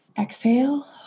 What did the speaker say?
exhale